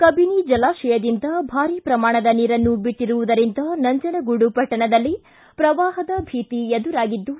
ಕಬಿನಿ ಜಲಾಶಯದಿಂದ ಭಾರಿ ಶ್ರಮಾಣದ ನೀರನ್ನು ಬಿಟ್ಟರುವುದರಿಂದ ನಂಜನಗೂಡು ಪಟ್ಟಣದಲ್ಲಿ ಶ್ರವಾಹದ ಭೀತಿ ಎದುರಾಗಿದ್ದು